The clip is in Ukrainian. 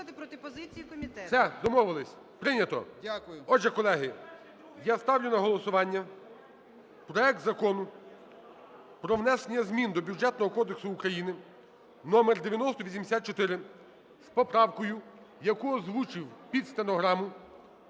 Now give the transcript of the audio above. Все, домовились, прийнято. Отже, колеги, я ставлю на голосування проект Закону про внесення змін до Бюджетного кодексу України (№ 9084) з поправкою, яку озвучив під стенограму